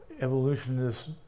evolutionists